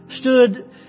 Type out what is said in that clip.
stood